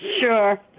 Sure